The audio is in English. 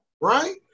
Right